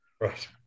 Right